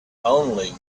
only